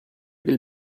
del